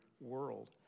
world